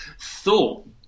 thought